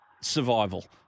survival